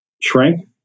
shrink